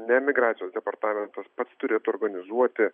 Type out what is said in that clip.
ne migracijos departamentas pats turėtų organizuoti